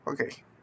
Okay